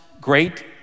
great